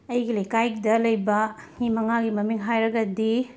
ꯑꯩꯒꯤ ꯂꯩꯀꯥꯏꯗ ꯂꯩꯕ ꯃꯤ ꯃꯉꯥꯒꯤ ꯃꯃꯤꯡ ꯍꯥꯏꯔꯒꯗꯤ